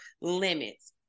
limits